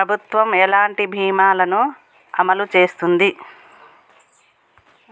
ప్రభుత్వం ఎలాంటి బీమా ల ను అమలు చేస్తుంది?